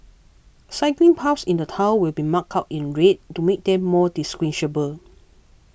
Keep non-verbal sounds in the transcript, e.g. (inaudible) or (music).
cycling paths in the town will be marked out in red to make them more (unintelligible)